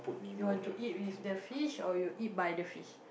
you want to eat with the fish or you eat by the fish